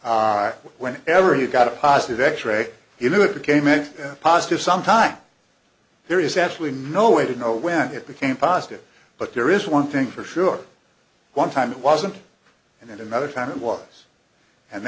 sunday when ever you got a positive x ray he knew it became a positive sometimes there is absolutely no way to know when it became positive but there is one thing for sure one time it wasn't and then another time it was and